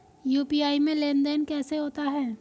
UPI में लेनदेन कैसे होता है?